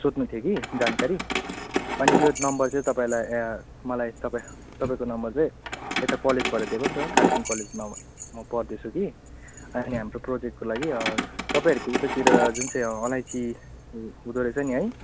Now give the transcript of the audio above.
सोध्नु थियो कि जानकारी अनि यो नम्बर चाहिँ तपाईँलाई मलाई तपाईँ तपाईँको नम्बर चाहिँ यता कलेजबाट दिएको नि त कालिम्पोङ कलेजमा अब म पढ्दैछु कि अनि हाम्रो प्रोजेक्टको लागि तपाईँहरूको उतातिर जुन चाहिँ अलैँची हुँदोरहेछ नि है